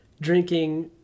drinking